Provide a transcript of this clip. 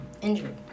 Injured